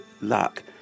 luck